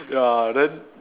ya then